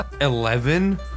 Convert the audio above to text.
Eleven